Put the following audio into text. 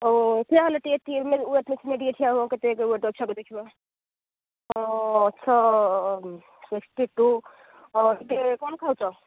ହଉ ଠିଆ ହେଲ ଟିକିଏ ୱେଟ୍ ମେସିନ୍ରେ ଠିଆ ହୁଅ ଟିକିଏ କେତେ ୱେଟ୍ ଅଛି ଆଗ ଦେଖିବା ଛଅ ସିଷ୍ଟି ଟୁ କ'ଣ ଖାଉଛ